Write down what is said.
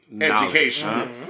education